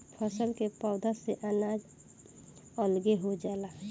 फसल के पौधा से अनाज अलगे हो जाला